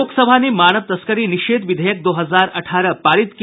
लोकसभा ने मानव तस्करी निषेध विधेयक दो हजार अठारह पारित किया